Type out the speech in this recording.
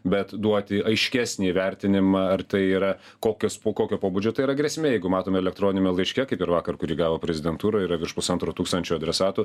bet duoti aiškesnį įvertinimą ar tai yra kokios po kokio pobūdžio tai yra grėsmė jeigu matome elektroniniame laiške kaip ir vakar kurį gavo prezidentūra yra virš pusantro tūkstančio adresatų